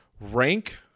rank